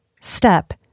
step